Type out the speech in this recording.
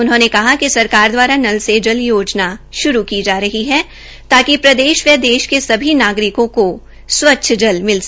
उन्होंने कहा कि सरकार दवारा नल से जल योजना श्रू की जा रही है और प्रदेश व देश के सभी नागरिकों को स्वच्छ जल मिले